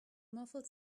muffled